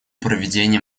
проведения